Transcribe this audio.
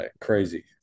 crazy